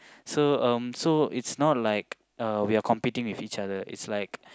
so um so it's not like uh we are competing with each other it's like